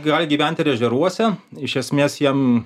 gali gyvent ir ežeruose iš esmės jiem